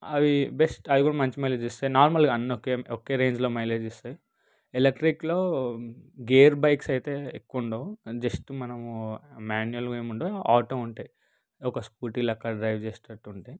అవి బెస్ట్ అవి కూడా మంచి మైలేజ్ ఇస్తాయి నార్మల్గా అన్ని ఒకే ఒకే రేంజ్లో మైలేజ్ ఇస్తాయి ఎలక్ట్రిక్లో గేర్ బైక్స్ అయితే ఎక్కువ ఉండవు జస్ట్ మనం మాన్యువల్గా ఏమి ఉండవు ఆటో ఉంటాయి ఒక స్కూటీ లాగా డ్రైవ్ చేసిటట్లు ఉంటాయి